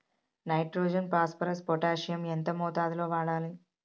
Nitrogen phosphorus potassium ఎంత మోతాదు లో వాడాలి?